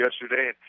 yesterday